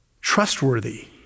trustworthy